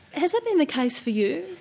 has that been the case for you,